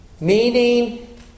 Meaning